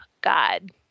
God